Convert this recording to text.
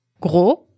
Gros